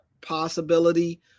possibility